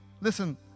Listen